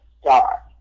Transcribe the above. star